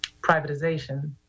privatization